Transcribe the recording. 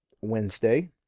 Wednesday